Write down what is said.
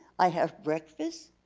i have breakfast,